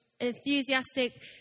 Enthusiastic